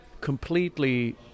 completely